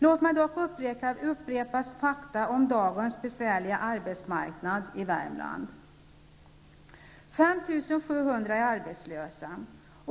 Låt mig dock upprepa fakta om dagens besvärliga arbetsmarknad i Värmland: 5 700 är arbetslösa.